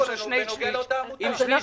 את ההחלטה של ועדת הכספים ברוב של שני שליש,